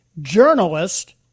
Journalist